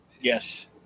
Yes